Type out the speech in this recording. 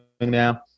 now